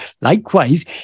Likewise